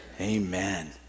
Amen